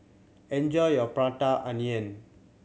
enjoy your Prata Onion